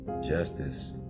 justice